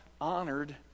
honored